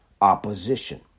opposition